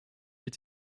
est